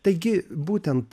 taigi būtent